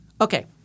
Okay